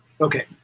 Okay